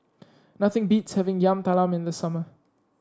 nothing beats having Yam Talam in the summer